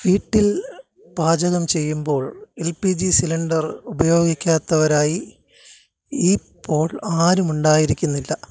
വീട്ടിൽ പാചകം ചെയ്യുമ്പോൾ എൽ പി ജി സിലിണ്ടർ ഉപയോഗിക്കാത്തവരായി ഇപ്പോൾ ആരും ഉണ്ടായിരിക്കുന്നില്ല